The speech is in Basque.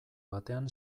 batean